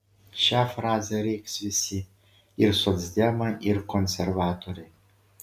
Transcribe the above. šią frazę rėks visi ir socdemai ir konservatoriai